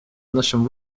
нашим